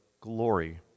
glory